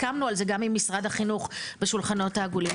הסכמנו על זה גם עם משרד החינוך בשולחנות העגולים.